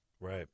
right